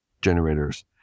generators